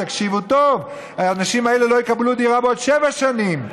תקשיבו טוב: האנשים האלה לא יקבלו בעוד שבע שנים,